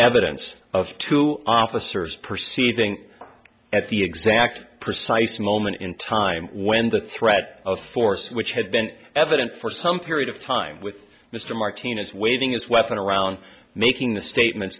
evidence of two officers perceiving at the exact precise moment in time when the threat of force which had been evident for some period of time with mr martinez waving his weapon around making the statement